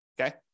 Okay